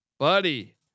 Buddy